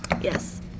Yes